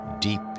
deep